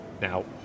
Now